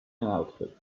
outfit